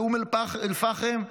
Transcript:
באום אל-פחם,